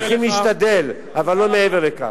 צריכים להשתדל, אבל לא מעבר לכך.